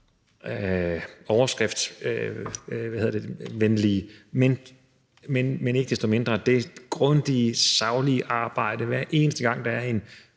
overskriftvenlige, men ikke desto mindre grundige, saglige arbejde. Hver eneste gang der er en